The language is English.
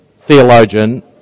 theologian